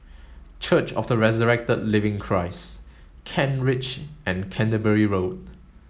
Church of the Resurrected Living Christ Kent Ridge and Canterbury Road